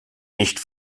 nicht